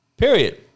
Period